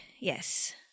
Yes